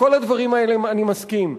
בכל הדברים האלה אני מסכים.